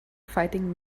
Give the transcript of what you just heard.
fighting